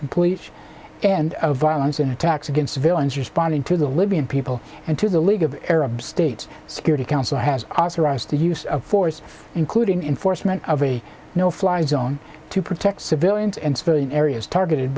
complete and of violence in attacks against civilians responding to the libyan people and to the league of arab states security council has authorized the use of force including in force one of a no fly zone to protect civilians and civilian areas targeted